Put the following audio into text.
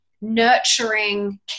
nurturing